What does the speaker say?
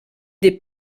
des